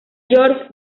george